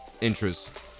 interest